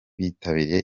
bitabiriye